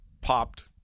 popped